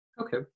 okay